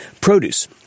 produce